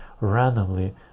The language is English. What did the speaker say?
randomly